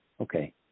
Okay